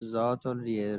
ذاتالریه